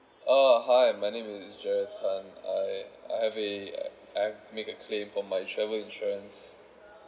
uh hi my name is jared tan I I have a I've to make a claim for my travel insurance